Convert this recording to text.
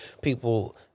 people